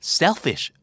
selfish